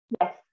yes